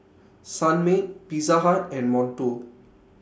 Sunmaid Pizza Hut and Monto